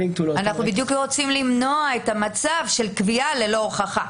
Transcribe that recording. אנחנו בדיוק רוצים למנוע את המצב של קביעה ללא הוכחה.